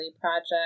project